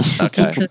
Okay